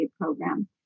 program